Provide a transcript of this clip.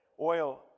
Oil